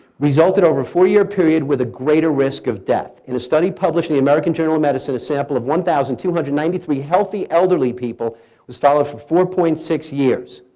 resulted over four year period with a greater risk of death. in a study published in the american journal of medicine, a sample of one thousand two hundred and ninety three healthy elderly people was followed for four point six years.